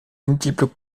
multiples